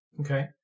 Okay